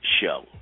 show